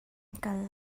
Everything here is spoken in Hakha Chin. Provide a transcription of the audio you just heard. kal